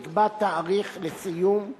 נקבע תאריך לסיום,